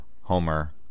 Homer